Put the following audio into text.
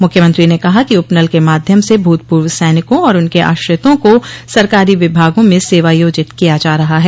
मुख्यमंत्री ने कहा कि उपनल के माध्यम से भूतपूर्व सैनिकों और उनके आश्रितों को सरकारी विभागों में सेवायोजित किया जा रहा है